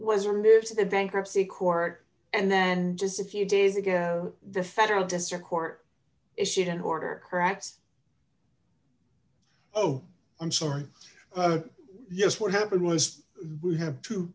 was a move to the bankruptcy court and then just a few days ago the federal district court issued an order cracks oh i'm sorry yes what happened was we have tw